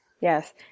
Yes